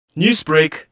Newsbreak